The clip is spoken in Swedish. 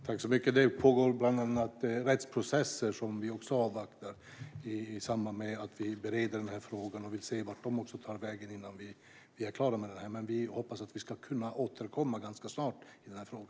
Herr talman! Det pågår bland annat rättsprocesser som vi avvaktar i samband med att vi bereder denna fråga. Vi vill se vart de tar vägen innan vi är klara med detta. Men vi hoppas att kunna återkomma ganska snart i denna fråga.